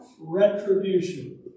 retribution